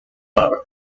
barber